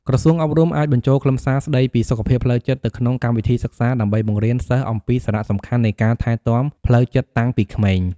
ក្រសួងអប់រំអាចបញ្ចូលខ្លឹមសារស្តីពីសុខភាពផ្លូវចិត្តទៅក្នុងកម្មវិធីសិក្សា ដើម្បីបង្រៀនសិស្សអំពីសារៈសំខាន់នៃការថែទាំផ្លូវចិត្តតាំងពីក្មេង។